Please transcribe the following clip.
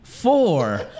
Four